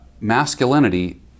masculinity